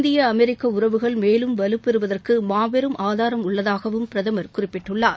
இந்திய அமெரிக்க உறவுகள் மேலும் வலுப்பெறுவதற்கு மாபெரும் ஆதாரம் உள்ளதாகவும் அவர் குறிப்பிட்டுள்ளார்